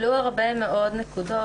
עלו הרבה מאוד נקודות.